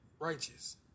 righteous